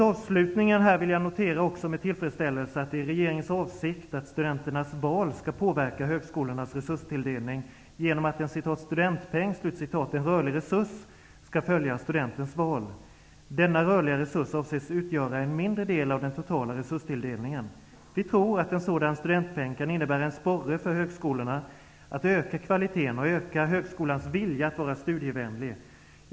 Avslutningsvis vill jag med tillfredsställelse notera att det är regeringens avsikt att studenternas val skall påverka högskolornas resurstilldelning genom att en ''studentpeng'', en rörlig resurs, skall följa studentens val. Denna rörliga resurs avses utgöra en mindre del av den totala resurstilldelningen. Vi tror att en sådan studentpeng kan innebära en sporre för högskolorna att öka kvaliteten och öka högskolans vilja att vara studievänlig.